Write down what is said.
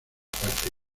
parte